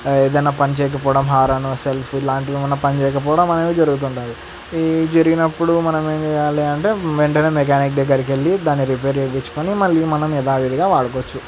ఏదైనా పని చెయ్యకపోవడం హారను సెల్ఫ్ ఇలాంటివి ఏమైనా పని చెయ్యకపోవడం అనేవి జరుగుతుంటుంది ఈ జరిగినప్పుడు మనం ఏమి చెయ్యాలి అంటే వెంటనే మెకానిక్ దగ్గరికెళ్ళి దాన్ని రిపేర్ చెయ్యించుకుని మళ్ళీ మనం యదావిధిగా వాడుకోవచ్చు